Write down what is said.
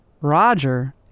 Roger